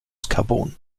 carbon